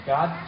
God